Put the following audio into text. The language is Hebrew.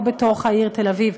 או בתוך העיר תל אביב,